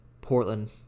Portland